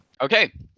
Okay